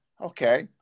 okay